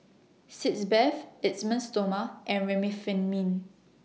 Sitz Bath Esteem Stoma and Remifemin